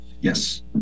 yes